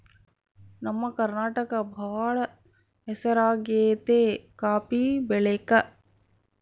ನಮ್ಮ ಕರ್ನಾಟಕ ಬಾಳ ಹೆಸರಾಗೆತೆ ಕಾಪಿ ಬೆಳೆಕ